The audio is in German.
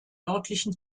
örtlichen